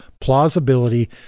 plausibility